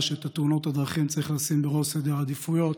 שאת תאונות הדרכים צריך לשים בראש סדר העדיפויות.